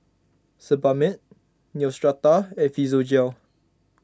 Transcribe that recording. Sebamed Neostrata and Physiogel